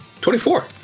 24